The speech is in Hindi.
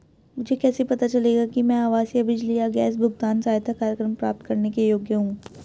मुझे कैसे पता चलेगा कि मैं आवासीय बिजली या गैस भुगतान सहायता कार्यक्रम प्राप्त करने के योग्य हूँ?